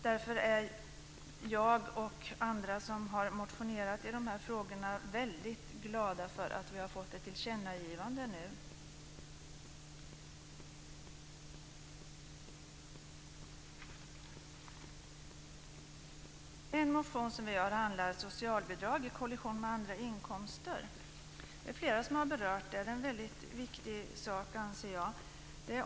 Därför är jag och andra som har motionerat i de här frågorna mycket glada för att utskottet föreslår ett tillkännagivande. En motion som vi har väckt handlar om socialbidrag i kollision med andra inkomster. Det är flera som har berört detta. Det är en mycket viktig sak, anser jag.